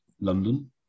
London